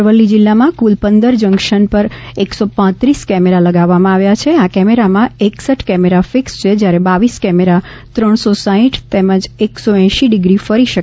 અરવલ્લી જિલ્લામાં કુલ પંદર જંક્શન પર એકસો પાંત્રીસ કેમેરા લગાવવામાં આવ્યા છે આ કેમેરામાં એકસઠ કેમેરા ફિક્સ છે ત્યારે બાવીસ કેમેરા ત્રણસો સાહીઠ તેમજ એકસો એંશી ડિગ્રી ફરી શકે તેવા કેમેરા લગાવાયા છે